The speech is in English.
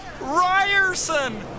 Ryerson